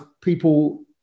people